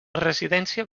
residència